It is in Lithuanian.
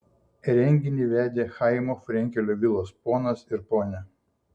renginį vedė chaimo frenkelio vilos ponas ir ponia